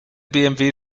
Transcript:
bmw